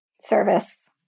service